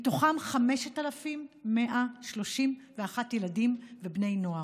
ומתוכם 5,131 ילדים ובני נוער,